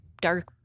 dark